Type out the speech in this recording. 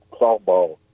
softball